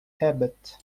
habit